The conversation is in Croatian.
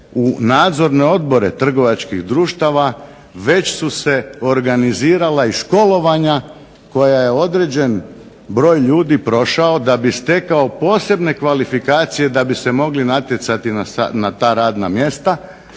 u nadzorne odbore trgovačkih društava već su se organizirala i školovanja koja je određen broj ljudi prošao da bi stekao posebne kvalifikacije da bi se mogli natjecati na ta radna mjesta.